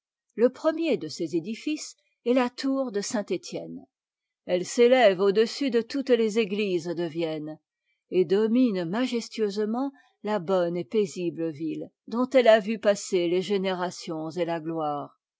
le premier de ces édifices est la tour de saintëtienne elle s'élève au-dessus de toutes es églises de vienne et domine majestueusement la bonne et paisible ville dont elle a vu passer les générations et la gloire